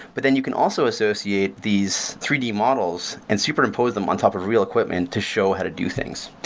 but then you can also associate these three d models and superimpose them on top of real equipment to show how to do things.